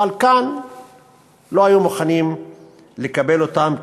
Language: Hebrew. אבל כאן לא היו מוכנים לקבל אותם,